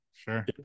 sure